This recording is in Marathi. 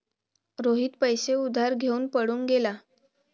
रोहित पैसे उधार घेऊन पळून गेला